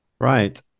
right